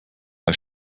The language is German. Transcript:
bei